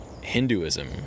Hinduism